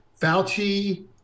Fauci